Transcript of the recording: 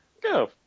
Go